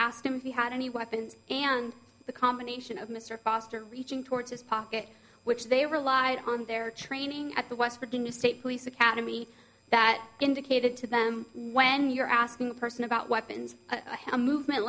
asked him if he had any weapons and the combination of mr foster reaching towards his pocket which they relied on their training at the west virginia state police academy that indicated to them when you're asking a person about weapons movement